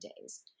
days